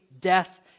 death